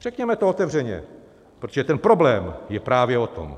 Řekněme to otevřeně, protože ten problém je právě o tom.